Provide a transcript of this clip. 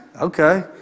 okay